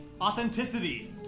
Authenticity